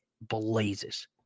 blazes